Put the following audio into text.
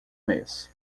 mês